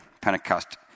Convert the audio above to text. Pentecost